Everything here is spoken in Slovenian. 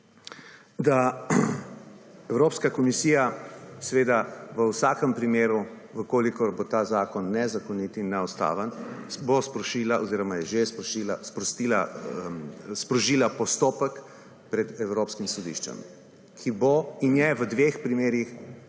da Evropska komisija v vsakem primeru, v kolikor bo ta zakon nezakonit in neustaven bo sprožila oziroma je že sprožila postopek pred Evropskih sodiščem, ki bo in je v dveh primerih